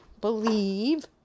believe